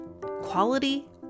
quality